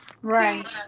Right